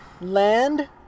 land